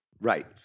Right